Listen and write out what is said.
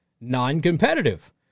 non-competitive